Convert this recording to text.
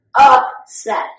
upset